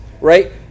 Right